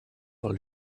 pel